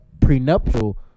prenuptial